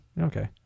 Okay